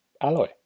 Alloy